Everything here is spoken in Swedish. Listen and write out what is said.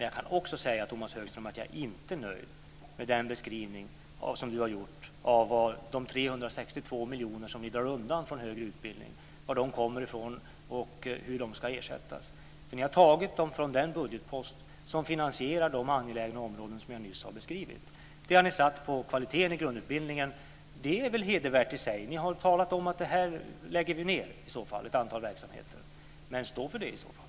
Jag kan också säga, Tomas Högström, att jag inte är nöjd med den beskrivning som Tomas Högström har gjort av varifrån de 362 miljoner som ni drar undan från högre utbildning kommer och hur de ska ersättas. Ni har tagit dem från den budgetpost som finansierar de angelägna områden som jag nyss har beskrivit. Det har ni satt på kvaliteten i grundutbildningen. Det är väl hedervärt i sig. Ni har då talat om att ni lägger ned ett antal verksamheter. Stå för det i så fall!